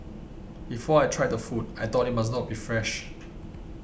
before I tried the food I thought it must not be fresh